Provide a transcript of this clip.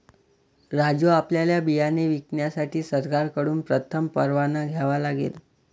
राजू आपल्याला बियाणे विकण्यासाठी सरकारकडून प्रथम परवाना घ्यावा लागेल